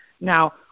Now